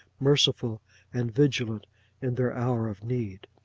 merciful and vigilant in their hour of need.